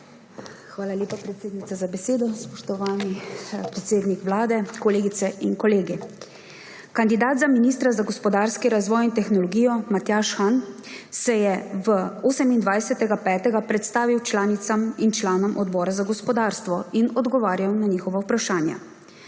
Hvala lepa, predsednica, za besedo. Spoštovani predsednik Vlade, kolegice in kolegi! Kandidat za ministra za gospodarski razvoj in tehnologijo Matjaž Han se je 28. 5. 2022 predstavil članicam in članom Odbora za gospodarstvo ter odgovarjal na njihova vprašanja.